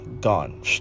gone